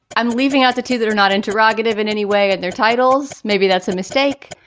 i'm leaving out the two that are not interrogative in any way and their titles. maybe that's a mistake,